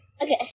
Okay